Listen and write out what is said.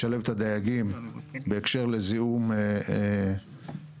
לשלב את הדייגים בהקשר לזיהום ימי,